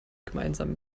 gemeinsam